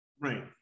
Right